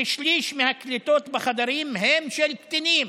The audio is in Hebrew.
כשליש מהקליטות בחדרים הן של קטינים.